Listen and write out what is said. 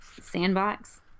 Sandbox